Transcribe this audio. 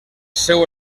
seu